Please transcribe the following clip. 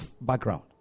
background